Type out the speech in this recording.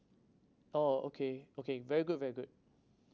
oh okay okay very good very good